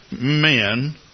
men